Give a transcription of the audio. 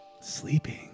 sleeping